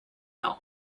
now